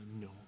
No